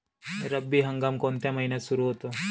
रब्बी हंगाम कोणत्या महिन्यात सुरु होतो?